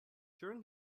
during